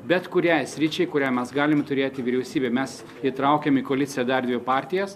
bet kuriai sričiai kurią mes galime turėti vyriausybė mes įtraukiam į koaliciją dar dvi partijas